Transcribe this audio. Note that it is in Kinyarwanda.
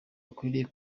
ukwiriye